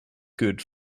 good